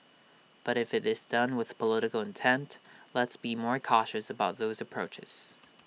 but if IT is done with political intent let's be more cautious about those approaches